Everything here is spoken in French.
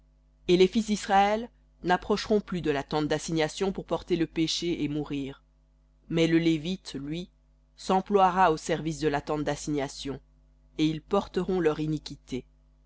et les fils d'israël n'approcheront plus de la tente d'assignation pour porter le péché et mourir mais le lévite lui s'emploiera au service de la tente d'assignation et ils porteront leur iniquité